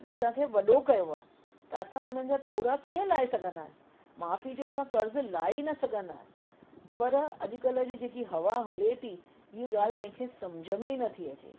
असांखे वॾो कयो आहे त असां हुननि जा थोरा कीअं लाइ सघंदासीं माउ पीउ जो असां कर्ज़ लाइ न सघंदासीं पर अॼुकल्ह जी जेकी हवा हले थी इहा ॻाल्हि कंहिं खे समुझ में ई नथी अचे